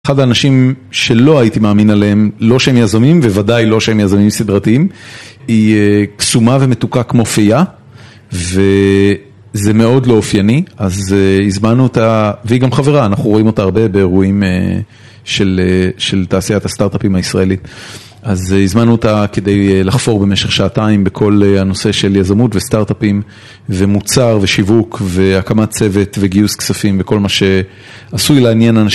אחד האנשים שלא הייתי מאמין עליהם, לא שהם יזמים וודאי לא שהם יזמים סדרתיים, היא קסומה ומתוקה כמו פיה וזה מאוד לא אופייני, אז הזמנו אותה, והיא גם חברה, אנחנו רואים אותה הרבה באירועים של תעשיית הסטארט-אפים הישראלית, אז הזמנו אותה כדי לחפור במשך שעתיים בכל הנושא של יזמות וסטארט-אפים ומוצר ושיווק והקמת צוות וגיוס כספים וכל מה שעשוי לעניין